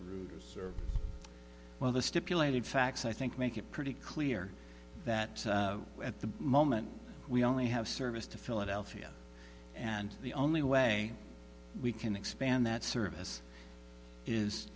routers well the stipulated facts i think make it pretty clear that at the moment we only have service to philadelphia and the only way we can expand that service is